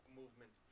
movement